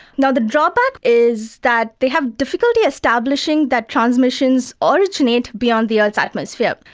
the the drawback is that they have difficulty establishing that transmissions ah originate beyond the earth's atmosphere.